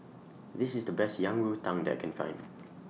This IS The Best Yang Rou Tang that I Can Find